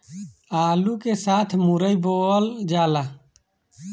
आलू के साथ मुरई बोअल जाला